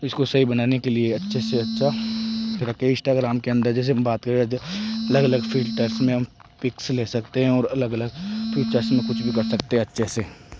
इसको सही बनाने के लिए अच्छे से अच्छा इंश्टाग्राम के अंदर जैसे हम बात करें अलग अलग फिल्टर्स में हम पिक्स ले सकते हैं और अलग अलग फीचर्स में कुछ भी कर सकते हैं अच्छे से